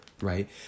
right